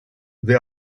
there